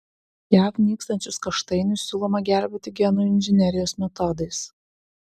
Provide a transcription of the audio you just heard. jav nykstančius kaštainius siūloma gelbėti genų inžinerijos metodais